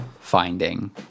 finding